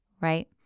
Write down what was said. right